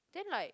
then like